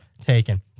taken